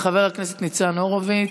חבר הכנסת ניצן הורוביץ,